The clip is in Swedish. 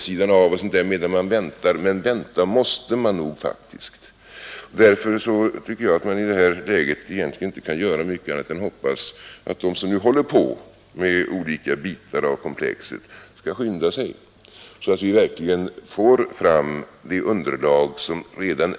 vid sidan av, medan man väntar, men vänta måste man faktiskt. Därför tycker jag att man i det här läget inte kan göra mycket annat än hoppas att de som nu arbetar med olika bitar av Nr 117 komplexet Onsdagen den redan är beställt och sedan kan gå vidare. 15 november 1972 Herr talman!